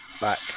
back